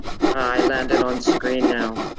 hi, landon on screen now.